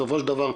בסופו של דבר,